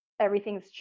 everything's